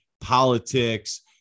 politics